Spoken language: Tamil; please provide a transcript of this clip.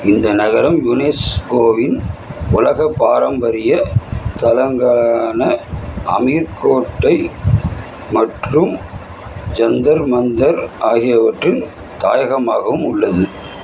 இந்த நகரம் யுனெஸ்கோவின் உலக பாரம்பரிய தளங்களான அமீர் கோட்டை மற்றும் ஜந்தர் மந்தர் ஆகியவற்றின் தாயகமாகவும் உள்ளது